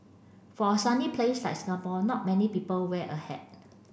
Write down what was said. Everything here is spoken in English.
for a sunny place like Singapore not many people wear a hat